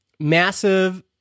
Massive